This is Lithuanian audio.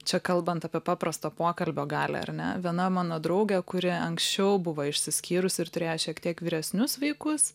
čia kalbant apie paprasto pokalbio galią ar ne viena mano draugė kuri anksčiau buvo išsiskyrusi ir turėjo šiek tiek vyresnius vaikus